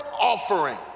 offering